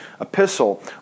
epistle